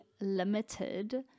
limited